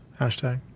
Hashtag